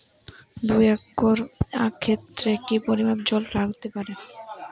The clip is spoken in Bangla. দুই একর আক ক্ষেতে কি পরিমান জল লাগতে পারে?